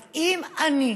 אז אם אני